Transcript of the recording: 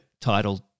titled